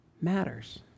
matters